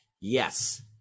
yes